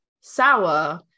sour